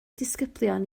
disgyblion